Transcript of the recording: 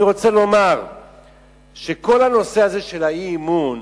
אני רוצה לומר שכל הנושא הזה של האי-אמון,